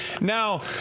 Now